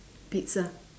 pizza